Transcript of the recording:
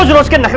and was going